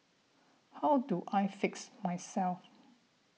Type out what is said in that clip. how do I fix myself